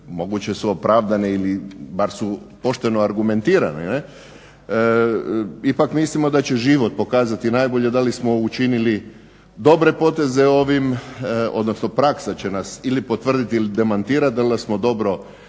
moguće su opravdane ali bar su pošteno argumentirane, ipak mislim da će život pokazati najbolje da li smo učinili dobre potezom ovim odnosno praksa će nas ili potvrditi ili demantirati da li smo dobro